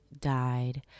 died